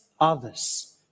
others